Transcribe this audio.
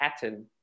pattern